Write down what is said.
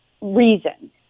reason